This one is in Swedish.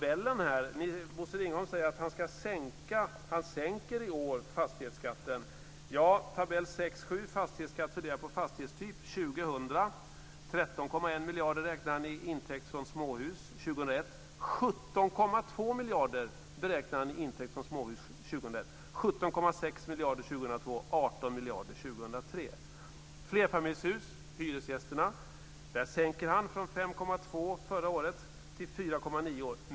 Bosse Ringholm säger att han sänker fastighetsskatten i år. I tabell 6.7 miljarder beräknar han i intäkt från småhus 2001, När det gäller flerfamiljshus och hyresgästerna sänker Bosse Ringholm från 5,2 förra året till 4,9 i år.